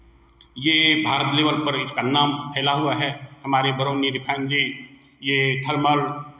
ये भारत लेवल पर इसका नाम फैला हुआ है हमारे बरौनी रिफाइनरी ये थर्मल